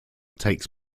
takes